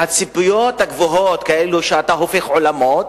והציפיות הגבוהות, כאילו אתה הופך עולמות,